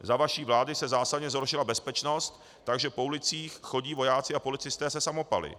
Za vaší vlády se zásadně zhoršila bezpečnost, takže po ulicích chodí vojáci a policisté se samopaly.